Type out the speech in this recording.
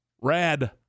Rad